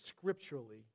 scripturally